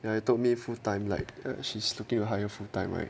ya you told me full time like she's looking to hire full time right